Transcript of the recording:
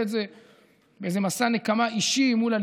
את זה באיזה מסע נקמה אישי מול הליכוד,